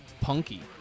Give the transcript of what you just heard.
punky